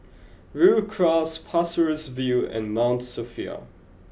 Rhu Cross Pasir Ris View and Mount Sophia